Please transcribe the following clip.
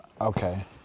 Okay